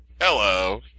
hello